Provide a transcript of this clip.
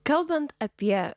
kalbant apie